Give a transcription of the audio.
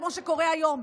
כמו שקורה היום.